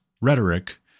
rhetoric